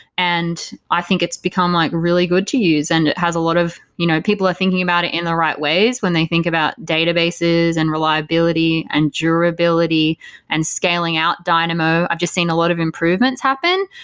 i think it's become like really good to use and it has a lot of you know people are thinking about it in the right ways when they think about databases and reliability and durability and scaling out dynamo. i've just seen a lot of improvements happen.